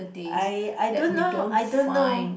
I I don't know I don't know